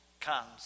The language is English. comes